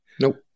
Nope